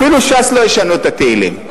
אפילו ש"ס לא ישנו את התהילים,